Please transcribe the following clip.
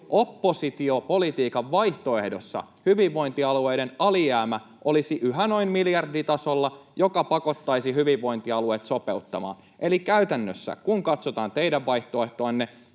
oppositiopolitiikan vaihtoehdossakin hyvinvointialueiden alijäämä olisi yhä noin miljarditasolla, mikä pakottaisi hyvinvointialueet sopeuttamaan. Eli käytännössä, kun katsotaan teidän vaihtoehtoanne,